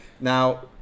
now